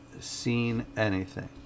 seenanything